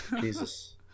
Jesus